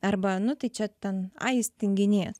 arba nu tai čia ten ai jis tinginys